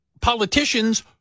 politicians